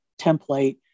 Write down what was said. template